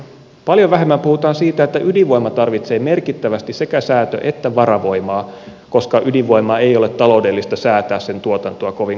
paljon vähemmän puhutaan siitä että ydinvoima tarvitsee merkittävästi sekä säätö että varavoimaa koska ydinvoiman tuotantoa ei ole taloudellista säätää kovinkaan paljon markkinatilanteen mukaan